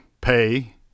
pay